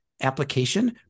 application